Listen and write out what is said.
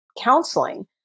counseling